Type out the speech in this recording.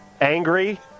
angry